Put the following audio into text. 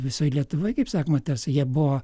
visoj lietuvoj kaip sakoma tas jie buvo